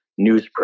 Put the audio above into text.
newsprint